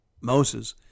Moses